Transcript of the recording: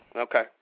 Okay